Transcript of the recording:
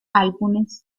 álbumes